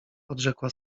odrzekła